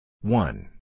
one